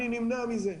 אני נמנע מזה,